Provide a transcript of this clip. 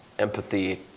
Empathy